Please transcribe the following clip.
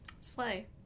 Slay